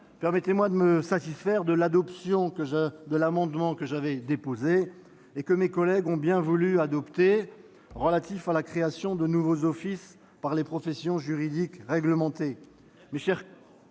permettez-moi de me satisfaire de l'adoption de l'amendement que j'avais déposé, et que mes collègues ont bien voulu adopter, relatif à la création de nouveaux offices par les professions juridiques réglementées.